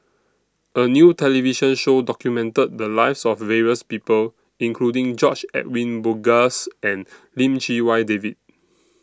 A New television Show documented The Lives of various People including George Edwin Bogaars and Lim Chee Wai David